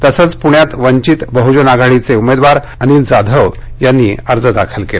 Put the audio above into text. तसच पुण्यात वंघित बहुजन आघाडीचे उमेदवार अनिल जाधव यांनी अर्ज दाखल केला